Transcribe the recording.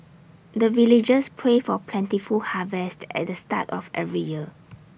the villagers pray for plentiful harvest at the start of every year